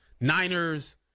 Niners